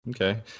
okay